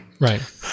Right